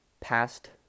past